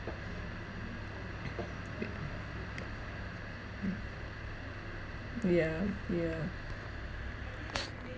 yeah yeah